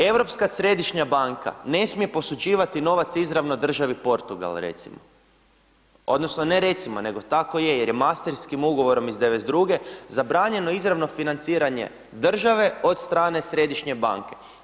Europska središnja banka ne smije posuđivati novac izravno državi Portugal recimo, odnosno ne recimo, nego tako je jer je mastritskim ugovorom iz '92. zabranjeno izravno financiranje države od strane središnje banke.